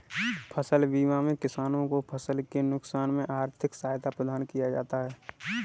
फसल बीमा में किसानों को फसल के नुकसान में आर्थिक सहायता प्रदान किया जाता है